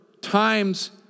times